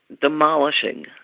demolishing